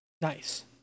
Nice